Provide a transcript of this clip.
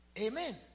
amen